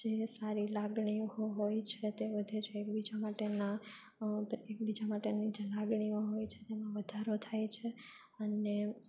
જે સારી લાગણીઓ હોય છે તે વધે છે એકબીજા માટેના એકબીજા માટેની જે લાગણીઓ હોય છે તેમાં વધારો થાય છે અને